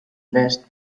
nest